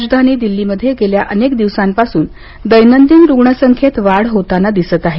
राजधानी दिल्लीमध्ये गेल्या अनेक दिवसांपासून दैनंदिन रुग्णसंख्येत वाढच होताना दिसत आहे